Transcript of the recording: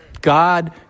God